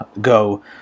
go